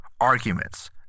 arguments